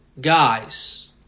guys